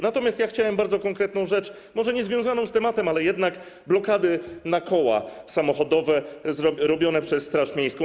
Natomiast chciałem bardzo konkretną rzecz poruszyć, może niezwiązaną z tematem, ale jednak, blokady na koła samochodowe zakładane przez straż miejską.